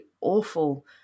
awful